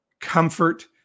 comfort